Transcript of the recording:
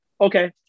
Okay